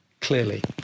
clearly